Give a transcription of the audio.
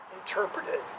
interpreted